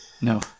No